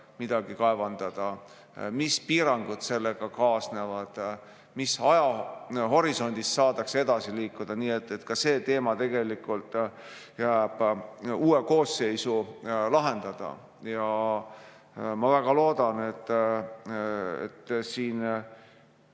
midagi kaevandada, mis piirangud sellega kaasnevad ja mis ajahorisondis saadakse edasi liikuda. Nii et ka see teema tegelikult jääb uue koosseisu lahendada. Ma väga loodan, et siin